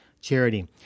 charity